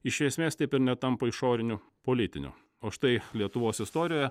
iš esmės taip ir netampa išoriniu politiniu o štai lietuvos istorijoje